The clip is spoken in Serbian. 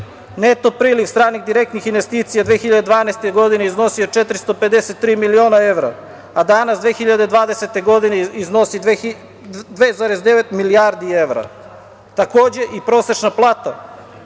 Neto priliv stranih direktnih investicija 2012. godine iznosio je 453 miliona evra, a danas 2020. godine iznosi 2,9 milijardi evra. Takođe i prosečna plata